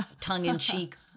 tongue-in-cheek